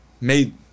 made